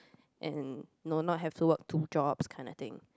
and no not have to work two jobs kind of thing